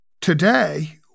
today